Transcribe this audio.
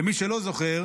למי שלא זוכר,